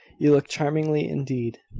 you look charmingly, indeed.